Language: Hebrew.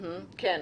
כן.